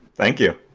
thank you.